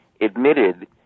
admitted